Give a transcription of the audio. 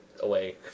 away